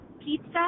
Pizza